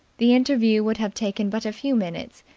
the interview would have taken but a few minutes,